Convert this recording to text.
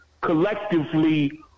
collectively